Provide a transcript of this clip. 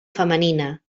femenina